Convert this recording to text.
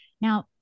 Now